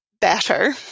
better